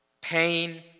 pain